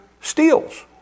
steals